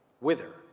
wither